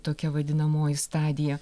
tokia vadinamoji stadija